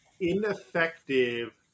ineffective